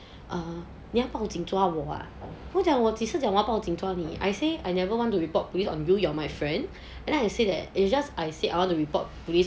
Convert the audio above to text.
err 你要报警抓我 ah 我几时讲我要报警抓你 I say I never want to report police on view that you're my friend and then I say that it's just I said I want to report police